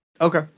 Okay